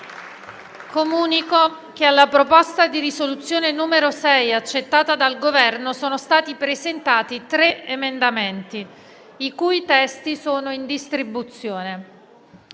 Comunico che sulla proposta di risoluzione n. 6, accettata dal Governo, sono stati presentati alcuni emendamenti, i cui testi sono in distribuzione,